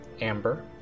Amber